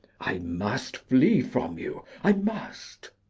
i must fly from you i must.